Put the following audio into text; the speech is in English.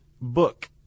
book